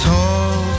Tall